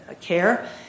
care